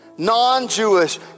non-Jewish